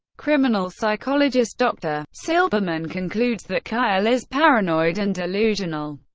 criminal psychologist dr. silberman concludes that kyle is paranoid and delusional.